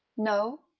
no?